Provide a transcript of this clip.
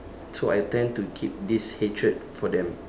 so I tend to keep this hatred for them